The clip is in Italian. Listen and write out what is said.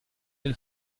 del